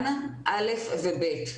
לחנוכה, גילי גן, כיתות א' ו-ב'.